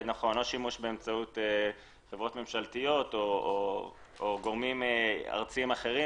שימוש באמצעות חברות ממשלתיות או גורמים ארציים אחרים